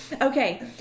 Okay